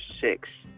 six